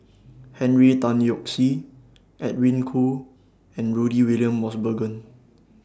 Henry Tan Yoke See Edwin Koo and Rudy William Mosbergen